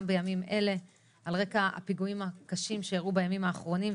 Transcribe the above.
בימים אלה על רקע הפיגועים הקשים שאירעו בימים האחרונים.